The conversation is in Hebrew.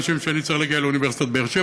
משום שאני צריך להגיע לאוניברסיטת באר שבע,